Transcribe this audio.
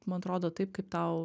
man atrodo taip kaip tau